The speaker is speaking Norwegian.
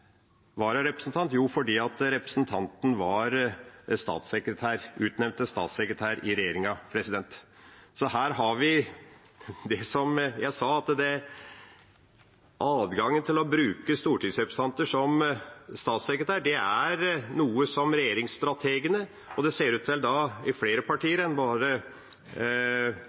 vararepresentant? Jo, fordi representanten var utnevnt til statssekretær i regjeringa. Så her har vi det som jeg sa, at adgangen til å bruke stortingsrepresentanter som statssekretærer er noe som regjeringsstrategene – og det ser ut til å være i flere partier enn bare